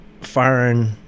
firing